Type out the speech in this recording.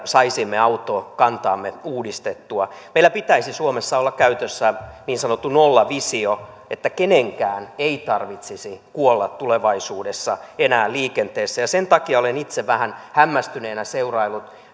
saisimme autokantaamme uudistettua meillä pitäisi suomessa olla käytössä niin sanottu nollavisio että kenenkään ei tarvitsisi kuolla tulevaisuudessa enää liikenteessä sen takia olen itse vähän hämmästyneenä seuraillut